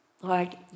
Lord